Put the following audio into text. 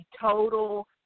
total